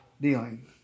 dealing